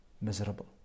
miserable